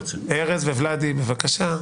ארז וולדי בבקשה.